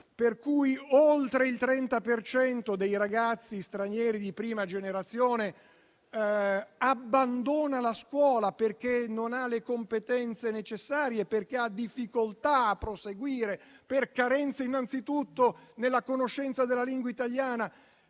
per cento dei ragazzi stranieri di prima generazione abbandona la scuola perché non ha le competenze necessarie e ha difficoltà a proseguire, per carenze innanzi tutto nella conoscenza della lingua italiana.